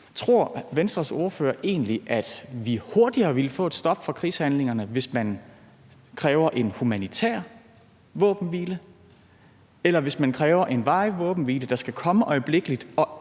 tror Venstres ordfører, at vi hurtigere ville få et stop for krigshandlingerne, hvis man kræver en humanitær våbenhvile, end hvis man kræver en varig våbenhvile, der skal komme øjeblikkelig og indebære